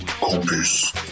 campus